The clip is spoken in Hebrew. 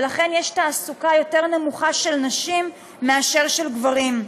ולכן יש תעסוקה יותר נמוכה של נשים מאשר של גברים.